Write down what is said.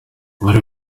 abari